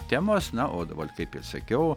temos na o dabar taip ir sakiau